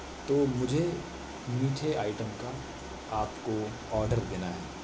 تو مجھے میٹھے آئٹم کا آپ کو آرڈر دینا ہے